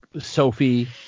sophie